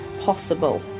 possible